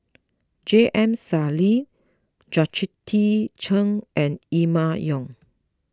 J M Sali Georgette Chen and Emma Yong